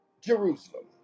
Jerusalem